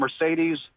Mercedes